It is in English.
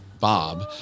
Bob